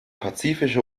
pazifische